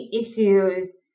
issues